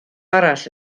arall